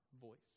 voice